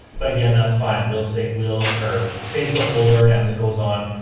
but again that's fine. real estate will or facebook will learn as it goes on